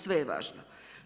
Sve je važno.